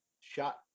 shot